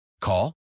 call